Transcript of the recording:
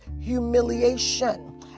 humiliation